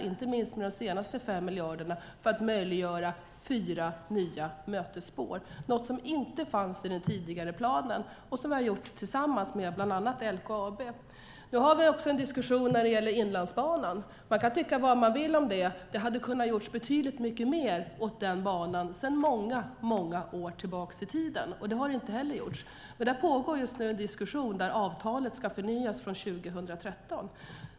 Det gäller inte minst de senaste 5 miljarderna för att möjliggöra fyra nya mötesspår. Det var något som inte fanns i den tidigare planen. Det har vi gjort tillsammans med bland annat LKAB. Nu har vi också en diskussion när det gäller Inlandsbanan. Man kan tycka vad man vill om det. Det hade kunnat göras betydligt mer åt den banan sedan många år tillbaka i tiden. Det hade det heller inte gjorts. Det pågår just nu en diskussion där avtalet ska förnyas från 2013.